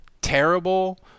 terrible